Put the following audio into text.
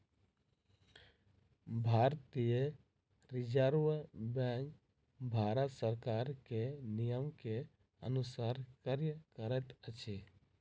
भारतीय reserve bank Bharat सरकार के नियम के अनुसार कार्य करैत अछि